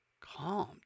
calm